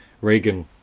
reagan